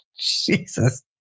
Jesus